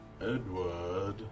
Edward